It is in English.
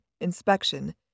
inspection